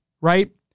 right